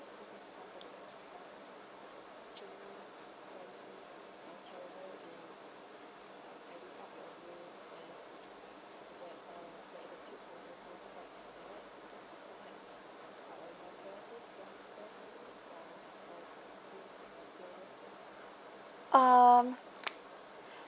um